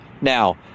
now